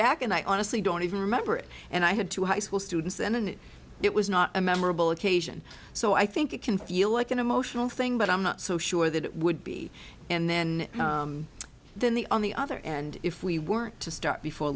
back and i honestly don't even remember it and i had two high school students then and it was not a memorable occasion so i think it can feel like an emotional thing but i'm not so sure that it would be and then then the on the other end if we were to start before